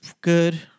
good